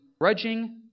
grudging